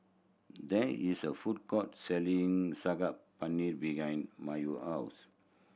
there is a food court selling Saag Paneer behind Mayo house